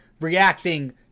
reacting